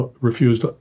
refused